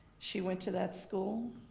she went to that school